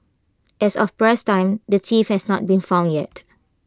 as of press time the thief has not been found yet